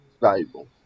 valuable